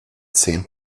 zehn